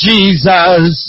Jesus